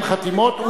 שאלתם ב-40 חתימות,